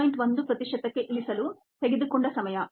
1 ಪ್ರತಿಶತಕ್ಕೆ ಇಳಿಯಲು ತೆಗೆದುಕೊಂಡ ಸಮಯ